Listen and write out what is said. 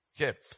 Okay